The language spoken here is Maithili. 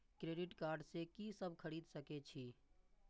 क्रेडिट कार्ड से की सब खरीद सकें छी?